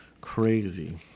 crazy